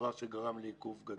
דבר שגרם לעיכוב גדול.